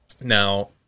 Now